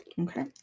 Okay